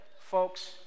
folks